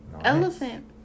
elephant